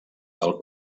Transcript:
del